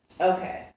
Okay